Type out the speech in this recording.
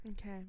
Okay